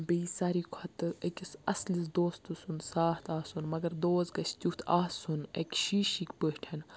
بیٚیہِ ساروی کھۄتہٕ أکِس اصلِس دوستہٕ سُند سات آسُن مگر دوس گِژھِ تِیُتھ آسُن اَکہِ شیٖشِک پٲٹھۍ